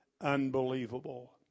unbelievable